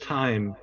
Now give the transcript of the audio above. time